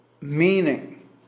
meaning